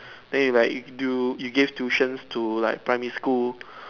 then you like you do you give tuitions to like primary school